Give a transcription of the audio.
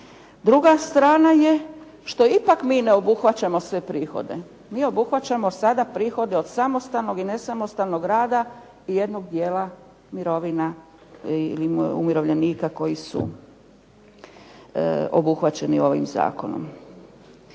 Druga strana je što ipak mi ne obuhvaćamo sve prihode. Mi obuhvaćamo sada prihode od samostalnog i nesamostalnog rada i jednog dijela mirovina ili umirovljenika koji su obuhvaćeni ovim zakonom.